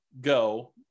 go